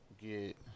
get